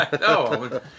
No